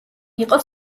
იყო